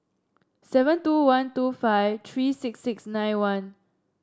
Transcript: seven two one two five three six six nine one